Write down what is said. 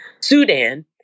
Sudan